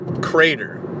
Crater